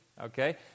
Okay